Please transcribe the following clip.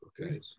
Okay